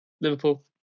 Liverpool